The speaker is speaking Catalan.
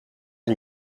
amb